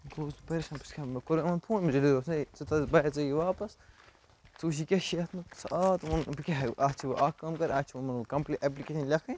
گوس بہٕ پریشان مےٚ کوٚر یِمَن فون بھیا ژٕ یہِ واپَس ژٕ وُچھ یہِ کیٛاہ چھُ یَتھ منٛز سُہ آو تہٕ ووٚنُن بہٕ کیٛاہ ہیٚکہٕ اَتھ چھِ وونۍ اَکھ کٲم کَرٕنۍ اَتھ چھِ وۄنۍ کمپٔنی ایٚپلِکیشَن لیٚکھٕنۍ